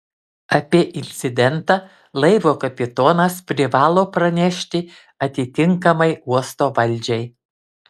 apie incidentą laivo kapitonas privalo pranešti atitinkamai uosto valdžiai